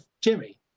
Jimmy